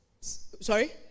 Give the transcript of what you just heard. Sorry